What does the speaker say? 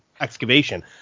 excavation